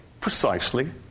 precisely